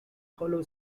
hollow